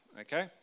okay